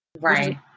right